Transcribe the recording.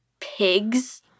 pigs